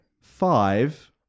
five